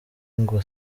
ngo